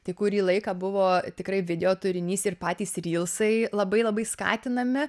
tai kurį laiką buvo tikrai video turinys ir patys rylsai labai labai skatinami